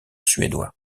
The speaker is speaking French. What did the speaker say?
suédois